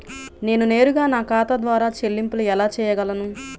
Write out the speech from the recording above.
నేను నేరుగా నా ఖాతా ద్వారా చెల్లింపులు ఎలా చేయగలను?